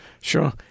Sure